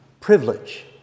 privilege